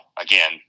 again